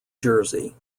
jersey